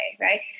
Right